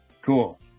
Cool